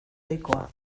ohikoa